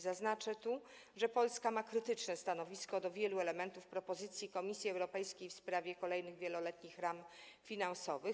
Zaznaczę tu, że Polska ma krytyczne stanowisko wobec wielu elementów propozycji Komisji Europejskiej w sprawie kolejnych wieloletnich ram finansowych.